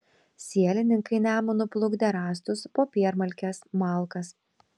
sielininkai nemunu plukdė rąstus popiermalkes malkas